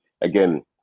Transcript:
again